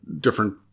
different